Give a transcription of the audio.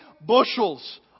bushels